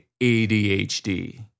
ADHD